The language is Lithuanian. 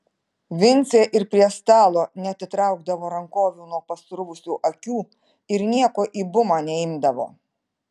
vincė ir prie stalo neatitraukdavo rankovių nuo pasruvusių akių ir nieko į bumą neimdavo